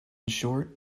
short